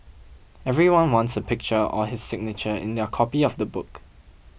everyone wants a picture or his signature in their copy of the book